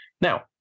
Now